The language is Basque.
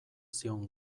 zion